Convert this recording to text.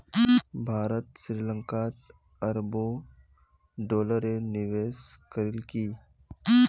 भारत श्री लंकात अरबों डॉलरेर निवेश करील की